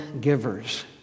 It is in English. givers